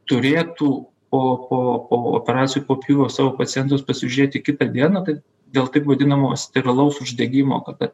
turėtų po po po operacijų po pjūvio savo pacientus pasižiūrėti kitą dieną tai dėl taip vadinamo sterilaus uždegimo kada